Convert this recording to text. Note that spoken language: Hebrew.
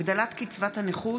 הגדלת קצבת הנכות),